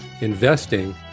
investing